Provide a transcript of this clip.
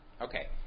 Okay